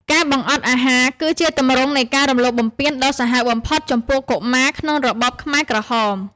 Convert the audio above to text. ការបង្អត់អាហារគឺជាទម្រង់នៃការរំលោភបំពានដ៏សាហាវបំផុតចំពោះកុមារក្នុងរបបខ្មែរក្រហម។